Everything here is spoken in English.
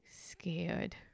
scared